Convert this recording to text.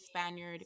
Spaniard